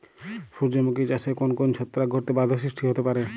সূর্যমুখী চাষে কোন কোন ছত্রাক ঘটিত বাধা সৃষ্টি হতে পারে?